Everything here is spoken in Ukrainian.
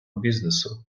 бізнесу